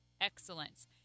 Excellence